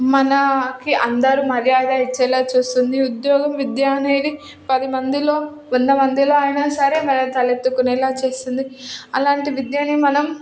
మనకి అందరూ మర్యాద ఇచ్చేలా చూస్తుంది ఉద్యోగం విద్య అనేది పదిమందిలో వందమందిలో అయినా సరే మనల్ని తల ఎత్తుకునేలా చేస్తుంది అలాంటి విద్యను మనం